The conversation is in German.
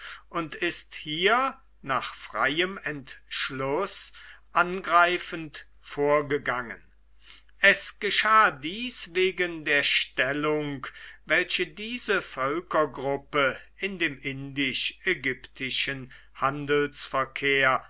und ist hier nach freiem entschluß angreifend vorgegangen es geschah dies wegen der stellung welche diese völkergruppe in dem indisch ägyptischen handelsverkehr